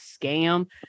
scam